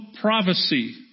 prophecy